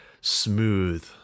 smooth